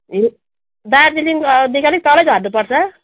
ए दार्जिलिङ देखि अलिक तलै झर्नु पर्छ